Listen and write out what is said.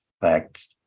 fact